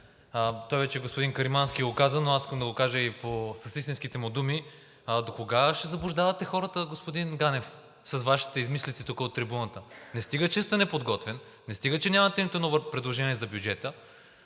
Ганев, господин Каримански вече го каза, но аз искам да го кажа с истинските му думи. Докога ще заблуждавате хората, господин Ганев, с Вашите измислици тук от трибуната? Не стига, че сте неподготвен, не стига, че нямате нито едно предложение за бюджета,